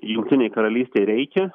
jungtinei karalystei reikia